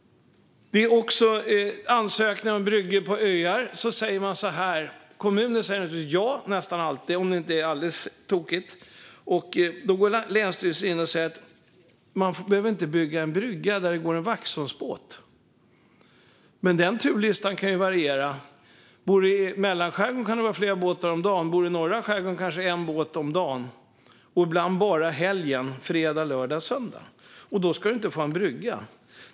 Vid ansökningar om bryggor på öar säger kommunen nästan alltid ja, om det inte är alldeles tokigt, men då går länsstyrelsen in och säger att man inte behöver bygga en brygga där det går en Vaxholmsbåt. Men turlistan kan ju variera. Om man bor i mellanskärgården kan det gå flera båtar per dag, men om man bor i norra skärgården går det kanske en båt om dagen, och ibland bara på helgen - fredag, lördag och söndag. Och då ska man inte få ha en brygga.